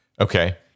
Okay